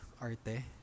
Arte